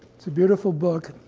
it's a beautiful book.